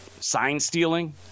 Sign-stealing